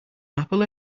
apple